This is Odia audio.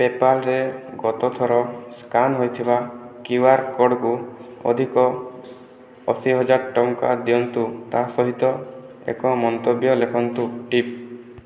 ପେପାଲରେ ଗତଥର ସ୍କାନ୍ ହୋଇଥିବା କ୍ୟୁଆର୍ କୋଡ଼କୁ ଅଧିକ ଅଶୀ ହଜାର ଟଙ୍କା ଦିଅନ୍ତୁ ତା ସହିତ ଏକ ମନ୍ତବ୍ୟ ଲେଖନ୍ତୁ ଟିପ୍